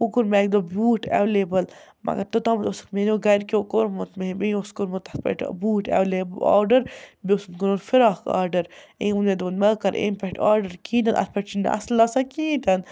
وٕ کوٚر مےٚ اَکہِ دۄہ بوٗٹ اٮ۪ولیبٕل مگر توٚتامَتھ اوسُکھ میٛانیو گَرِکیو کوٚرمُت مےٚ یہِ مے اوس کوٚرمُت تَتھ پٮ۪ٹھ بوٗٹ اٮ۪ولے آرڈَر بیٚیہِ اوسُم کوٚرمُت فراق آرڈَر امۍ ووٚن مےٚ دوٚپُن ما کَر امۍ پٮ۪ٹھ آرڈَر کِہیٖنۍ نہٕ اَتھ پٮ۪ٹھ چھِنہٕ اَصٕل آسان کِہیٖنۍ تہِ نہٕ